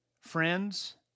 friends